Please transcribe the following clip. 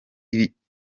ibyiciro